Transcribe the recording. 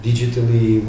Digitally